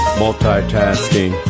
multitasking